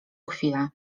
chwilę